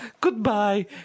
Goodbye